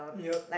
yup